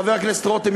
חבר הכנסת רותם,